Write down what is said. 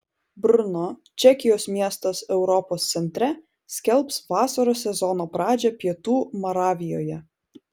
brno čekijos miestas europos centre skelbs vasaros sezono pradžią pietų moravijoje